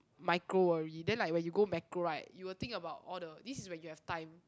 micro worry then like when you go macro right you will think about all the this is when you have time